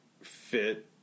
fit